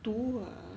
读 ah